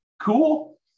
cool